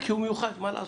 כי הוא מיוחד, מה לעשות?